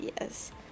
Yes